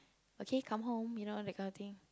okay come home you know that kind of thing